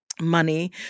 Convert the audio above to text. money